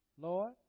Lord